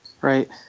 Right